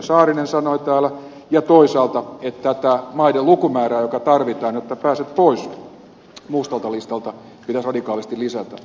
saarinen sanoi täällä ja toisaalta että tätä maiden lukumäärää joka tarvitaan jotta pääset pois mustalta listalta radikaalisti lisättäisiin